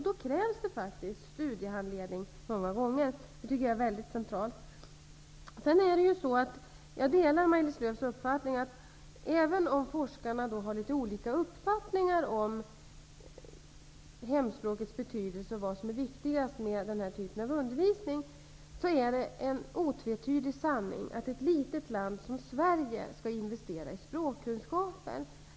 Då krävs det faktiskt många gånger studiehandledning. Jag delar Maj-Lis Lööws uppfattning, att även om forskarna har litet olika uppfattningar om hemspråkets betydelse och vad som är viktigast med den typen av undervisning, är det en otvetydig sanning att ett litet land som Sverige skall investera i språkkunskaper.